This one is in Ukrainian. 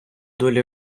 доля